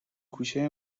کوچه